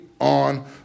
on